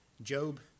Job